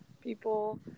People